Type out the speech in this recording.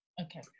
Okay